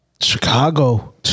Chicago